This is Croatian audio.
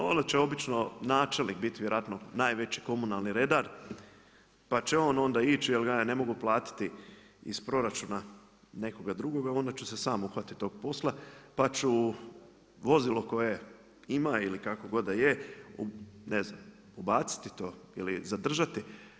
Onda će obično načelnik biti vjerojatno najveći komunalni redar pa će onda on ići jel ga ja ne mogu platiti iz proračuna nekoga drugoga onda ću se sam uhvatiti tog posla pa ću vozilo koje ima ili kakvo god da je ne znam, ubaciti to ili zadržati.